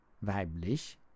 weiblich